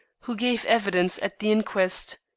who gave evidence at the inquest.